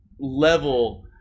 level